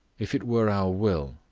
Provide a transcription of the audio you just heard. if it were our will,